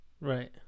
right